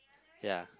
ya